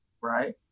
right